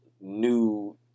new